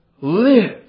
live